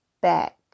back